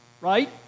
right